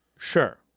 Sure